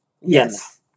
yes